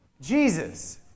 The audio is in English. Jesus